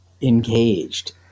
engaged